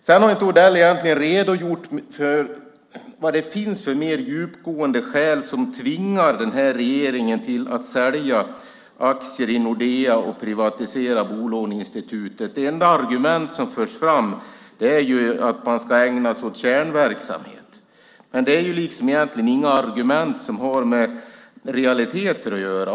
Sedan har Odell egentligen inte redogjort för vad det finns för mer djupgående skäl som tvingar den här regeringen att sälja aktier i Nordea och privatisera bolåneinstitutet. Det enda argument som förs fram är att man ska ägna sig åt kärnverksamhet. Men det är egentligen inga argument som har med realiteter att göra.